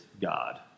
God